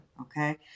Okay